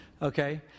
Okay